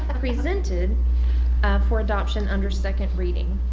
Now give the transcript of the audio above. and presented for adoption under second reading.